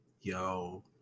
Yo